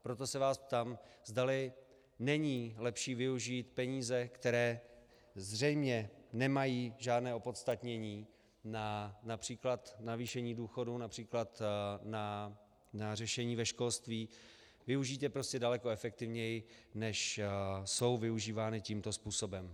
Proto se vás ptám, zdali není lepší využít peníze, které zřejmě nemají žádné opodstatnění, například na navýšení důchodů, například na řešení ve školství, využít je prostě daleko efektivněji, než jsou využívány tímto způsobem.